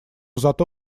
зато